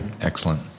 excellent